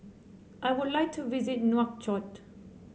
I would like to visit Nouakchott